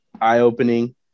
eye-opening